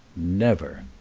never!